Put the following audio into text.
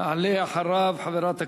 תעלה אחריו חברת הכנסת,